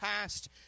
past